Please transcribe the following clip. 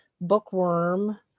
Bookworm